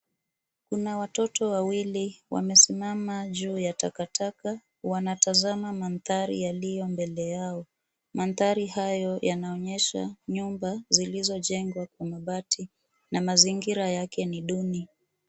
Kuna watoto wawili wamesimaa juu ya takataka, wanatazama mandhari yaliyo mbele yao. Mandhari hayo yanaonyesha nyumba zilizojengwa kwa mabati na mazingira yake ni duni.